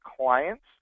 clients